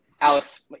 alex